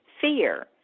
fear